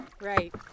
Right